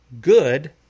Good